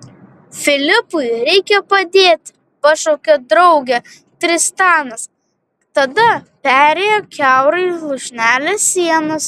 filipui reikia padėti pašaukė draugę tristanas tada perėjo kiaurai lūšnelės sienas